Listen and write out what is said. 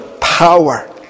power